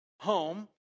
home